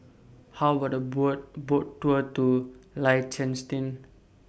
How about Boat Tour two Liechtenstein